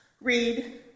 read